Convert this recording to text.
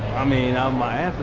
i mean, um my